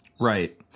right